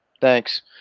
Thanks